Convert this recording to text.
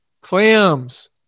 clams